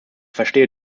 verstehe